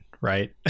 Right